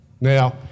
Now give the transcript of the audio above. Now